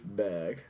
bag